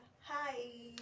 Hi